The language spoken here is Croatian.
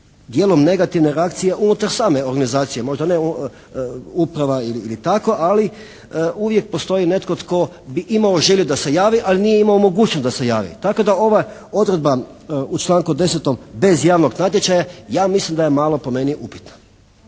dijelom negativne reakcije unutar same organizacije. Možda ne uprava ili tako ali uvijek postoji netko tko bi imao želju da se javi ali nije imao mogućnost da se javi. Tako da ova odredba u članku 10. «bez javnog natječaja» ja mislim da je malo po meni upitna.